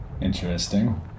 interesting